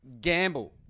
gamble